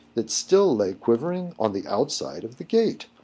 that still lay quivering on the outside of the gate.